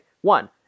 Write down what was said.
one